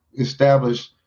establish